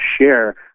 share